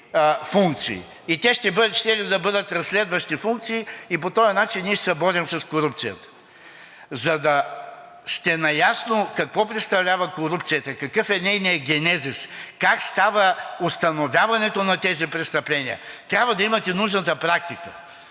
функции? Те щели да бъдат разследващи функции и по този начин ние ще се борим с корупцията. За да сте наясно какво представлява корупцията, какъв е нейният генезис, как става установяването на тези престъпления, трябва да имате нужната практика.